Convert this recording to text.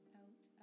out